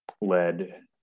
led